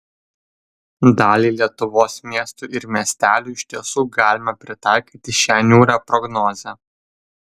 daliai lietuvos miestų ir miestelių iš tiesų galima pritaikyti šią niūrią prognozę